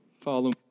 follow